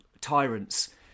tyrants